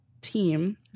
team